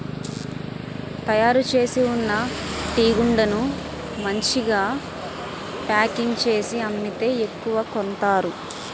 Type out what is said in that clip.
తయారుచేసి ఉన్న టీగుండను మంచిగా ప్యాకింగ్ చేసి అమ్మితే ఎక్కువ కొంతారు